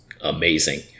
amazing